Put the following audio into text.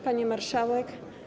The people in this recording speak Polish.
Pani Marszałek!